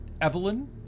Evelyn